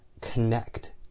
connect